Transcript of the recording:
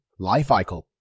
lifecycle